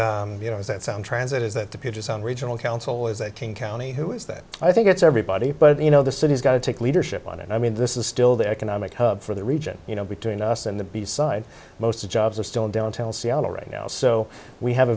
that you know is that sound transit is that the puget sound regional council is that king county who is that i think it's everybody but you know the city's got to take leadership on it i mean this is still the economic hub for the region you know between us and the b side most jobs are still in downtown seattle right now so we have a